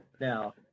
Now